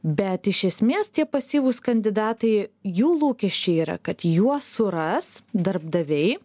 bet iš esmės tie pasyvūs kandidatai jų lūkesčiai yra kad juos suras darbdaviai